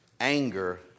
anger